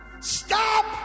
stop